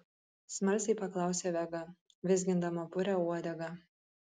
smalsiai paklausė vega vizgindama purią uodegą